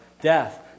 death